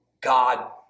God